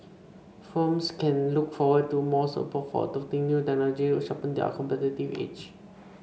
firms can look forward to more support for adopting new technologies to sharpen their competitive edge